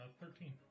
thirteen